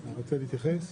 אתה רוצה להתייחס?